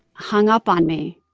hung up on me